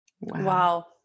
Wow